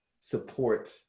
supports